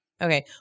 Okay